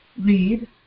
read